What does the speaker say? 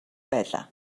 байлаа